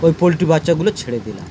ওই পোল্ট্রি বাচ্চাগুলোকে ছেড়ে দিলাম